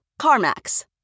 CarMax